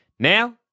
Now